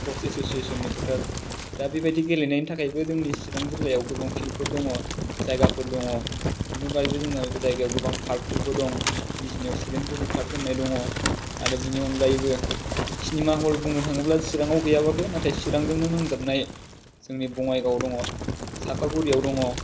sports एस'सियेसननि फोथार दा बेबायदि गेलेनायनि थाखायबो जोंनि सिरां जिल्लायाव गोबां फिल्डफोर दङ जायगाफोर दङ बेनि अनगायैबो जोङो जायगायाव गोबां पार्क फोरबो दं बिजनियाव सुदेमफुरि पार्क होन्नाय दङ आरो बिनि अनगायैबो चिनिमा हल बुंनो थाङोब्ला सिराङाव गैयाबाबो नाथाय सिरांजोंनो नांजाबनाय जोंनि बङाइगावाव दङ साफागुरियाव दङ